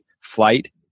flight